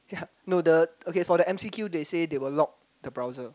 yea no the okay for the M_C_Q they say they will lock the browser